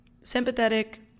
Sympathetic